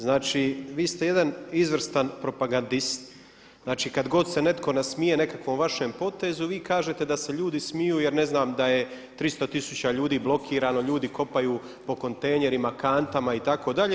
Znači vi ste jedan izvrstan propagadist, znači kad god se netko nasmije nekakvom vašem potezu vi kažete da se ljudi smiju jer ne znam da je 300 tisuća ljudi blokirano, ljudi kopaju po kontejnerima, kantama itd.